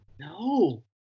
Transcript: No